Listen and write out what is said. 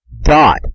dot